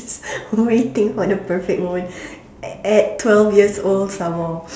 waiting for the perfect moment at twelve years some more